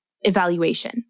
evaluation